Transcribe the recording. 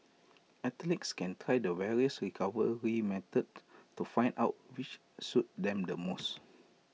athletes can try the various recovery methods to find out which suits them the most